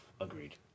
Agreed